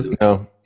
No